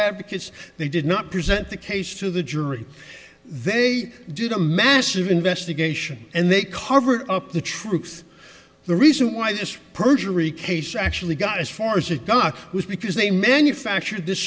advocates they did not present the case to the jury they did a massive investigation and they cover up the truth the reason why this perjury case actually got as far as it got was because they manufactured this